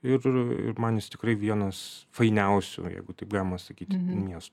ir ir man jis tikrai vienas fainiausių jeigu taip galima sakyti miestų